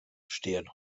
stehen